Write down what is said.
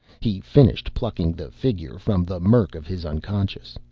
he finished, plucking the figure from the murk of his unconscious.